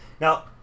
now